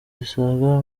zisaga